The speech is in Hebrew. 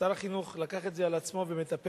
שר החינוך לקח את זה על עצמו והוא מטפל